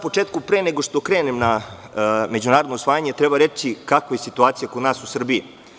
Pre nego što krenem na međunarodno usvajanje, treba reći kakva je situacija kod nas u Srbiji.